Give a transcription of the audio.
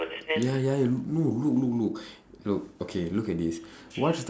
ya ya no look look look look okay look at this what's the